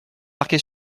marqué